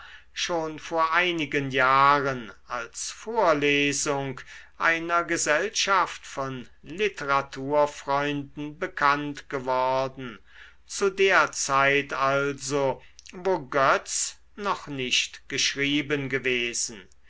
schon vor einigen jahren als vorlesung einer gesellschaft von literaturfreunden bekannt geworden zu der zeit also wo götz noch nicht geschrieben gewesen